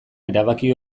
erabaki